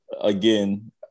again